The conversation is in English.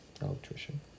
Electrician